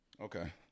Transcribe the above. Okay